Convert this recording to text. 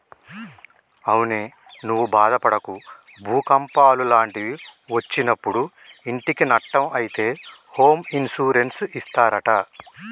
అవునే నువ్వు బాదపడకు భూకంపాలు లాంటివి ఒచ్చినప్పుడు ఇంటికి నట్టం అయితే హోమ్ ఇన్సూరెన్స్ ఇస్తారట